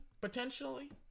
potentially